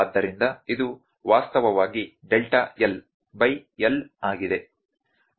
ಆದ್ದರಿಂದ ಇದು ವಾಸ್ತವವಾಗಿ ಡೆಲ್ಟಾ L ಬೈ L ಆಗಿದೆ